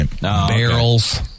Barrels